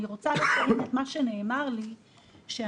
אני רוצה לציין את מה שנאמר לי ונמסר לנו,